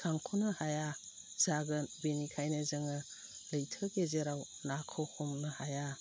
सिखांख'नो हाया जागोन बिनिखायनो जोङो लैथो गेजेराव नाखौ हमनो हाया